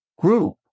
group